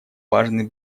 важный